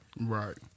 right